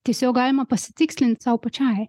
tiesiog galima pasitikslint sau pačiai